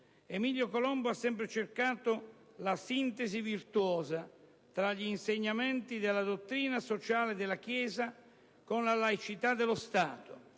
Emilio Colombo ha sempre cercato la sintesi virtuosa tra gli insegnamenti della dottrina sociale della Chiesa e la laicità dello Stato,